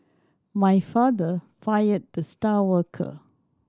my father fired the star worker